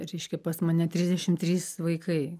ryški pas mane trisdešim trys vaikai